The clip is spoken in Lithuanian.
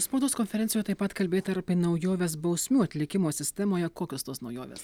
spaudos konferencijoje taip pat kalbėta ir apie naujoves bausmių atlikimo sistemoje kokios tos naujovės